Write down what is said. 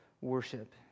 worship